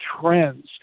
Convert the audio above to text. trends